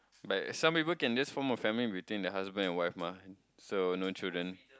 but some people can just form a family between the husband and wife mah so no children